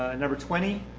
number twenty,